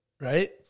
right